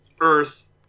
earth